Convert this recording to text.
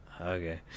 okay